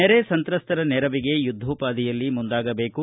ನೆರೆ ಸಂತ್ರಸ್ತರ ನೆರವಿಗೆ ಯುದ್ದೋಪಾದಿಯಲ್ಲಿ ಮುಂದಾಗಬೇಕು